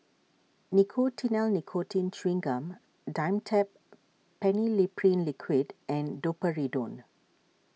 Nicotinell Nicotine Chewing Gum Dimetapp Phenylephrine Liquid and Domperidone